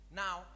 now